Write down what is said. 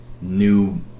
new